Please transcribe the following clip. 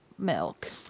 milk